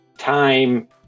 time